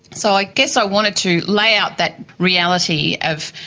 so i guess i wanted to lay out that reality of,